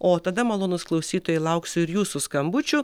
o tada malonūs klausytojai lauksiu ir jūsų skambučių